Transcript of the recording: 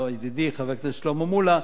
ידידי חבר הכנסת שלמה מולה,